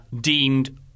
deemed